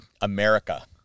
America